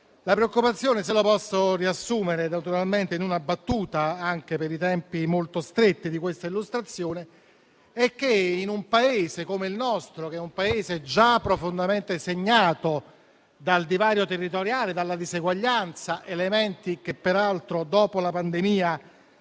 La preoccupazione - se posso riassumerla in una battuta, anche per i tempi molto stretti di questa illustrazione - è che in un Paese come il nostro, già profondamente segnato dal divario territoriale e dalla diseguaglianza - elementi che peraltro dopo la pandemia